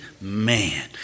Man